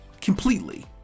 completely